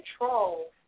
control